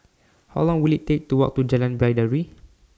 How Long Will IT Take to Walk to Jalan Baiduri